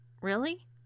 Really